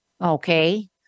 okay